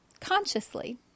consciously